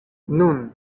nun